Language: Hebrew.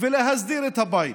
ולהסדיר את הבית.